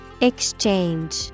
Exchange